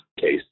case